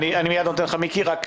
מאיר שפיגלר,